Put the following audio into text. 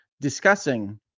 discussing